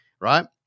right